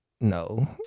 no